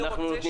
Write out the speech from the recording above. אנחנו נותנים